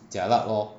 jialat lor